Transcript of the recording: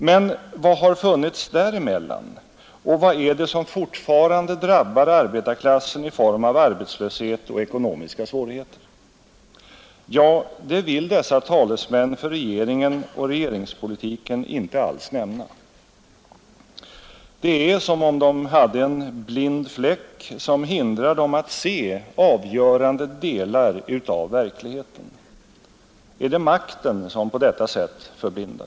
Men vad har funnits däremellan, och vad är det som fortfarande drabbar arbetarklassen i form av arbetslöshet och ekonomiska svårigheter? Ja, det vill dessa talesmän för regeringen och regeringspolitiken inte alls nämna. Det är som om de hade en blind fläck, som hindrar dem att se avgörande delar av verkligheten. Är det makten som på detta sätt förblindar?